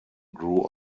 grew